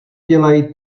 dělají